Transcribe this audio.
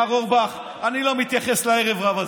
מר אורבך, אני לא מתייחס לערב רב הזה.